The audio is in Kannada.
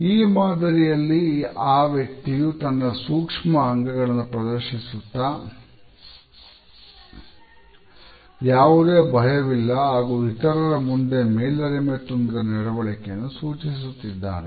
ಈ ಮಾದರಿಯಲ್ಲಿ ಆ ವ್ಯಕ್ತಿಯು ತನ್ನ ಸೂಕ್ಷ್ಮ ಅಂಗಗಳನ್ನು ಪ್ರದರ್ಶಿಸುತ್ತಾ ಯಾವುದೇ ಭಯವಿಲ್ಲ ಹಾಗೂ ಇತರರ ಮುಂದೆ ಮೇಲರಿಮೆ ತುಂಬಿದ ನಡವಳಿಕೆಯನ್ನು ಸೂಚಿಸುತ್ತಿದ್ದಾನೆ